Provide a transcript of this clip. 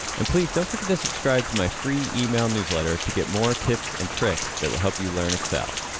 and please don't forget to subscribe to my free email newsletter to get more tips and tricks that will help you learn excel.